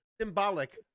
symbolic